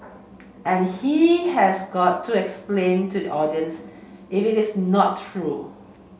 and he has got to explain to the audiences if it is not true